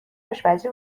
آشپزی